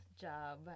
job